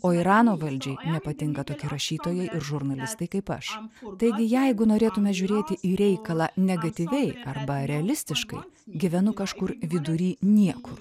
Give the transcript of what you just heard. o irano valdžiai nepatinka tokie rašytojai ir žurnalistai kaip aš taigi jeigu norėtume žiūrėti į reikalą negatyviai arba realistiškai gyvenu kažkur vidury niekur